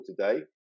today